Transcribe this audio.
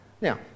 Now